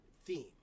theme